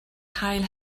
hail